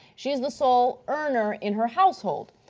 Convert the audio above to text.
she is the sole earning in her household.